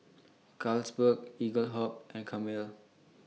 Carlsberg Eaglehawk and Camel